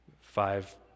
Five